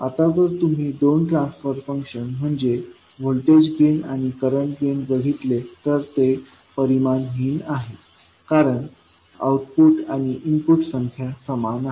आता जर तुम्ही पहिले दोन ट्रान्सफर फंक्शन म्हणजे व्होल्टेज गेन आणि करंट गेन बघितले तर ते परिमाणहीन आहेत कारण आउटपुट आणि इनपुट संख्या समान आहेत